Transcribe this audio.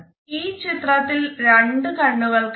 ഈ ചിത്രത്തിൽ രണ്ട് കണ്ണുകൾ കാണാം